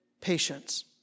patience